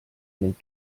ning